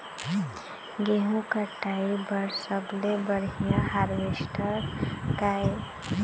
गेहूं कटाई बर सबले बढ़िया हारवेस्टर का ये?